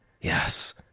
Yes